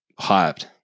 hyped